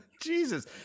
Jesus